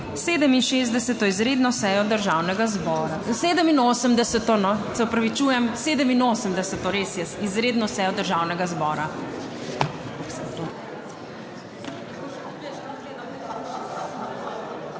67. izredno sejo Državnega zbora.